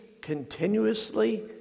continuously